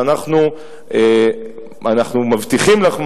ואנחנו מבטיחים לך,